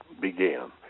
began